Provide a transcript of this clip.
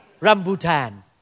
rambutan